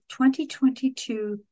2022